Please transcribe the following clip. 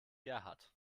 gerhard